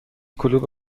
کلوب